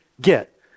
get